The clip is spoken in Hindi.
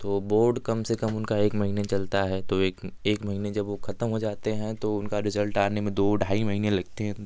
तो बोर्ड कम से कम उनका एक महीने चलता है तो एक एक महीने चलता है तो एक एक महीने जब वो ख़त्म हो जाते हैं तो उनका रिज़ल्ट आने में दो ढाई महीने लगते हैं